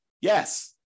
Yes